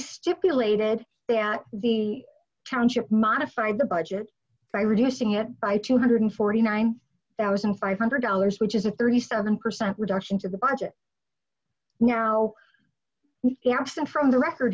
stipulated that the township modified the budget by reducing it by two hundred and forty nine thousand five hundred dollars which is a thirty seven percent reduction to the budget now absent from the record